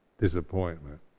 disappointment